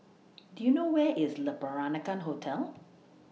Do YOU know Where IS Le Peranakan Hotel